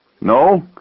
No